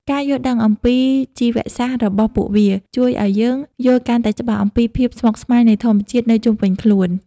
ការយល់ដឹងអំពីជីវសាស្ត្ររបស់ពួកវា ជួយឱ្យយើងយល់កាន់តែច្បាស់អំពីភាពស្មុគស្មាញនៃធម្មជាតិនៅជុំវិញខ្លួន។